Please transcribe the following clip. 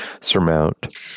surmount